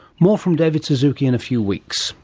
more from david suzuki in a few weeks